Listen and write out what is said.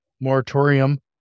moratorium